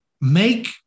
make